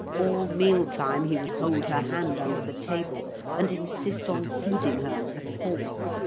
all meal-time he would hold her hand under the table and insist on feeding her with a fork.